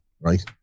right